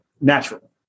natural